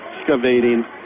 Excavating